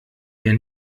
dir